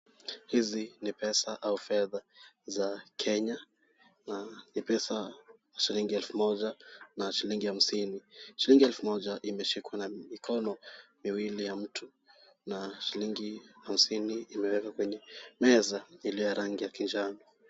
Hizi ni pesa au fedha za kenya na ni pesa shilingi elfu moja na shilingi hamsini. Shilingi elfu moja imeshikwa na mikono miwili ya mtu na na shilingi hamsini imewekwa kwenye meza iliyo ya rangi kijani.